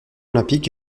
olympique